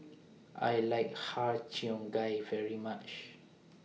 I like Har Cheong Gai very much